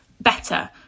better